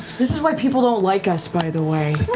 this is why people don't like us, by the way.